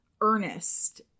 earnest